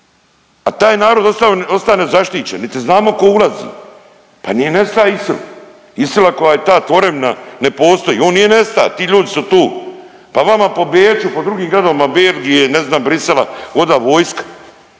ostao, ostao nezaštićen, niti znamo tko ulazi. Pa nije nesta Isil. Isila koja je ta tvorevina ne postoji, on nije nesta. Ti ljudi su tu. Pa vama po Beču, po drugim gradovima Belgije ne znam Bruxellesa hoda vojska.